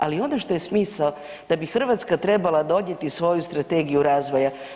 Ali ono što je smisao, da bi Hrvatska trebala donijeti svoju strategiju razvoja.